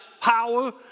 power